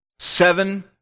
Seven